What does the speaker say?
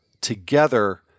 together